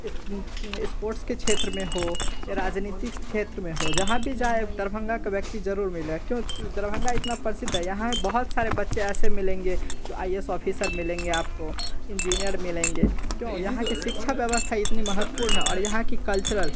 इस इस्पोर्ट्स के क्षेत्र में हो या राजनीतिक क्षेत्र में हो जहाँ भी जाएँ दरभंगा का व्यक्ति ज़रूर मिलेगा क्यों दरभंगा इतना प्रसिद्ध है यहाँ बहुत सारे बच्चे ऐसे मिलेंगे जो आई ए एस ऑफ़िसर मिलेंगे आपको इंजिनियर मिलेंगे क्यों यहाँ की सिक्षा व्यवस्था इतनी महत्वपूर्ण और यहाँ की कल्चरल